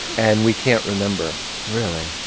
and we can't remember really?